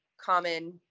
common